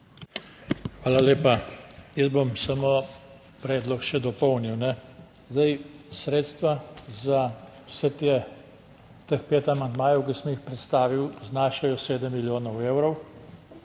Hvala lepa. Jaz bom samo predlog še dopolnil. Zdaj, sredstva za vse te, teh pet amandmajev, ki sem jih predstavil, znašajo sedem milijonov evrov.